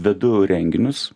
vedu renginius